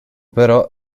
però